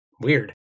weird